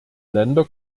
länder